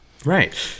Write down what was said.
Right